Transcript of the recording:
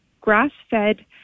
grass-fed